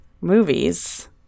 movies